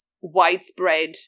widespread